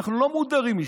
אנחנו לא מודרים משם.